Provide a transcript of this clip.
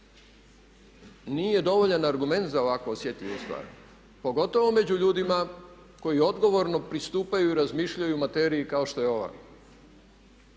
nije dovoljan argument za ovako osjetljivu stvar pogotovo među ljudima koji odgovorno pristupaju i razmišljaju o materiji kao što je ova.